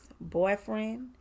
boyfriend